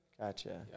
Gotcha